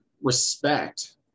respect